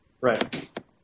right